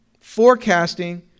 forecasting